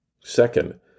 Second